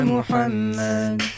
Muhammad